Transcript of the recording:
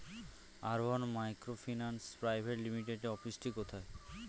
আরোহন microfinance private লিমিটেডের অফিসটি কোথায়?